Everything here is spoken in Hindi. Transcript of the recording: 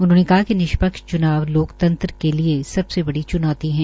उन्होंने कहा कि निष्पक्ष च्नाव लोकतंत्र के लिये सबसे बड़ी च्नौती है